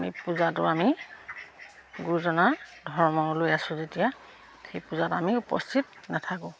আমি পূজাটোত আমি গুৰুজনাৰ ধৰ্ম লৈ আছোঁ যেতিয়া সেই পূজাত আমি উপস্থিত নাথাকোঁ